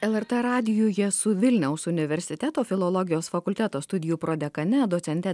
lrt radijuje su vilniaus universiteto filologijos fakulteto studijų prodekane docente